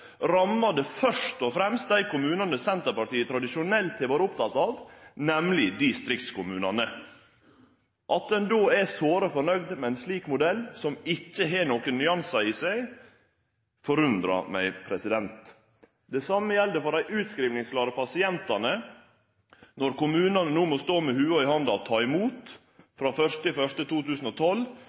det først og fremst dei kommunane Senterpartiet tradisjonelt har vore oppteke av, nemleg distriktskommunane. At ein då er såre fornøgde med ein slik modell som ikkje har nokon nyansar i seg, forundrar meg. Det same gjeld for dei utskrivingsklare pasientane når kommunane no må stå med lua i handa og ta imot frå 1. januar 2012,